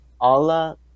Allah